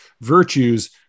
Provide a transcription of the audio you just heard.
virtues